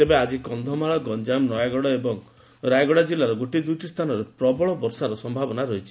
ତେବେ ଆକି କକ୍ଷମାଳ ଗଞ୍ୱାମ ନୟାଗଡ଼ ଏବଂ ରାୟଗଡ଼ା କିଲ୍ଲାର ଗୋଟିଏ ଦୁଇଟି ସ୍ଚାନରେ ପ୍ରବଳ ବର୍ଷାର ସମ୍ଭାବନା ରହିଛି